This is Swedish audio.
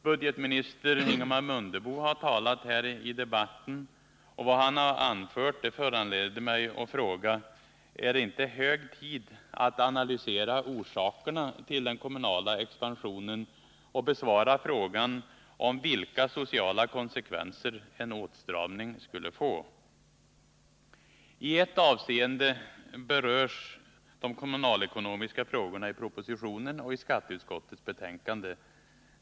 Budgetminister Mundebo har talat i debatten, och vad han sade föranleder mig att fråga: Är det inte hög tid att analysera orsakerna till den kommunala expansionen och besvara frågan om vilka sociala konsekvenser en åtstramning skulle få? De kommunalekonomiska frågorna berörs i ett avseende i propositionen och i skatteutskottets betänkande.